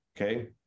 okay